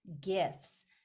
gifts